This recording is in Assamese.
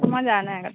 মই যোৱা নাই আগতে